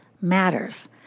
matters